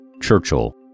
Churchill